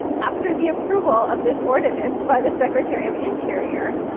after the approval of this ordinance by the secretary of interior,